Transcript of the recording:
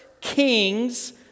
Kings